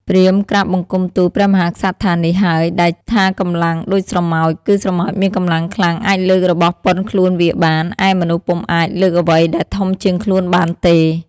ព្រាហ្មណ៍ ក្រាបបង្គំទូលព្រះមហាក្សត្រថានេះ ហើយដែលថាកម្លាំងដូចស្រមោច គឺស្រមោចមានកម្លាំងខ្លាំងអាចលើករបស់ប៉ុនខ្លួនវាបាន ឯមនុស្សពុំអាចលើកអ្វីដែលធំជាងខ្លួនបានទេ ។